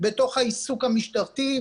בתוך העיסוק המשטרתי.